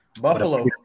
buffalo